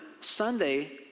Sunday